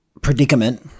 predicament